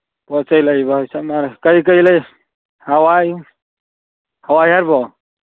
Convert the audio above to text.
ꯄꯣꯠ ꯆꯩ ꯂꯩꯕ ꯆꯠꯅꯔꯣ ꯀꯔꯤ ꯀꯔꯤ ꯂꯩ ꯍꯋꯥꯏ ꯍꯋꯥꯏ ꯌꯥꯎꯔꯤꯕꯣ